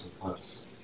Plus